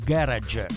Garage